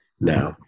now